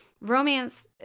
Romance